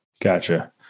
gotcha